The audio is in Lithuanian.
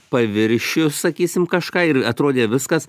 paviršius sakysim kažką ir atrodė viskas